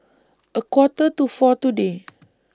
A Quarter to four today